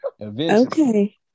Okay